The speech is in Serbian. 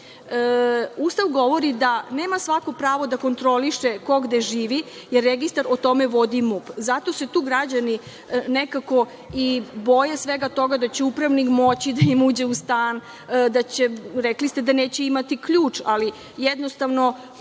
govori da nema svako pravo da kontroliše ko gde živi, jer registar o tome vodi MUP. Zato se tu građani nekako i boje svega toga, da će upravnik moći da im uđe u stan. Rekli ste da neće imati ključ, ali jednostavno